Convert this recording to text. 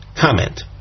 comment